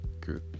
good